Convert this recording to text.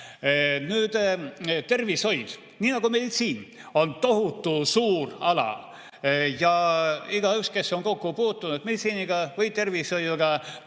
Tervishoid, nii nagu meditsiin, on tohutu suur ala. Igaüks, kes on kokku puutunud meditsiiniga või tervishoiuga,